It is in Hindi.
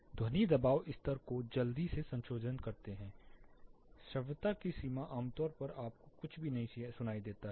ध्वनि दबाव स्तर को जल्दी से संशोधन करते हैं श्रव्यता की सीमा आमतौर पर आपको कुछ भी नहीं सुनाई देती है